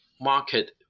market